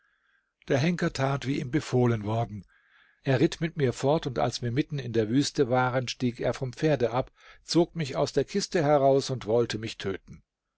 der henker tat wie ihm befohlen worden er ritt mit mir fort und als wir mitten in der wüste waren stieg er vom pferde ab zog mich aus der kiste heraus und wollte mich töten